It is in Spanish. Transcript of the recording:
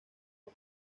vía